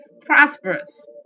prosperous